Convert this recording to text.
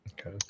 okay